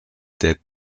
der